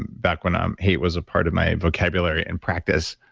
back when um hate was a part of my vocabulary and practice.